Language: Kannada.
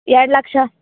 ಎರಡು ಲಕ್ಷ